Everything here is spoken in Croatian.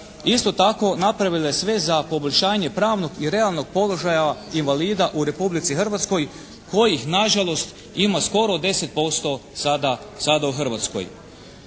Isto tako, napravila je sve za poboljšanje pravnog i realnog položaja invalida u Republici Hrvatskoj kojih na žalost ima skoro 10% sada u Hrvatskoj.